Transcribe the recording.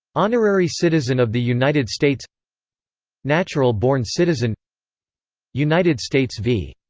honorary citizen of the united states natural-born citizen united states v.